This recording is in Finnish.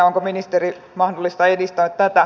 onko ministeri mahdollista edistää tätä